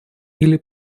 или